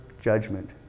judgment